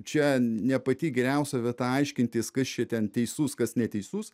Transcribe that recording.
čia ne pati geriausia vieta aiškintis kas čia ten teisus kas neteisus